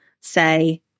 say